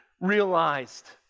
realized